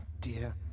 dear